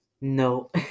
No